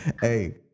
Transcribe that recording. Hey